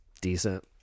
decent